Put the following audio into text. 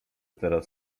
teraz